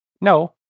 No